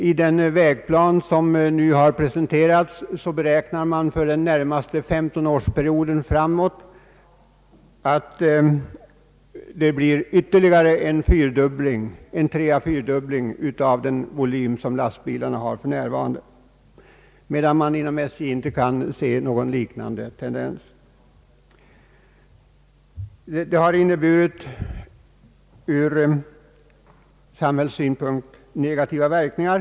I den vägplan som nu presenteras beräknas för de närmaste 15 åren en ytterligare treeller fyrdubbling av lastbilstrafikens nuvarande transportvolym, medan man beträffande SJ inte kan se någon liknande tendens. Från samhällssynpunkt har detta inneburit negativa verkningar.